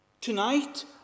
Tonight